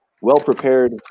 well-prepared